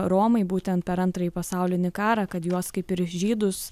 romai būtent per antrąjį pasaulinį karą kad juos kaip ir žydus